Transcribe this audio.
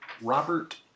Robert